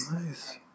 Nice